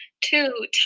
two